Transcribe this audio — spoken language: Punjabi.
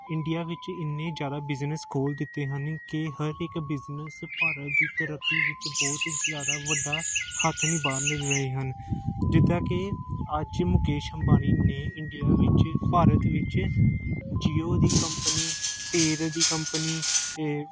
ਇੰਡੀਆ ਵਿੱਚ ਇੰਨੇ ਜ਼ਿਆਦਾ ਬਿਜ਼ਨਸ ਖੋਲ੍ਹ ਦਿੱਤੇ ਹਨ ਕਿ ਹਰ ਇੱਕ ਬਿਜ਼ਨਸ ਭਾਰਤ ਦੀ ਤਰੱਕੀ ਵਿੱਚ ਬਹੁਤ ਜ਼ਿਆਦਾ ਵੱਡਾ ਹੱਥ ਨਿਭਾਅ ਰਹੇ ਹਨ ਜਿੱਦਾਂ ਕਿ ਅੱਜ ਮੁਕੇਸ਼ ਅੰਬਾਨੀ ਨੇ ਇੰਡੀਆ ਵਿੱਚ ਭਾਰਤ ਵਿੱਚ ਜੀਓ ਦੀ ਕੰਪਨੀ ਤੇਲ ਦੀ ਕੰਪਨੀ ਏ